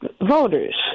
voters